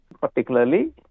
particularly